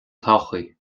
todhchaí